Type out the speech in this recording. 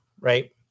right